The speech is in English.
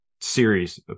series